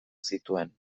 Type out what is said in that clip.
zituen